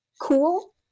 cool